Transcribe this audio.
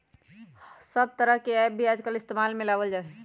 सब तरह के ऐप भी आजकल इस्तेमाल में लावल जाहई